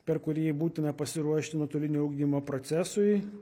per kurį būtina pasiruošti nuotolinio ugdymo procesui